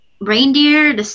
reindeer